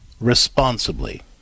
responsibly